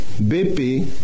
BP